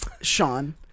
Sean